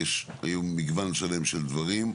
יש היום מגוון שלם של דברים,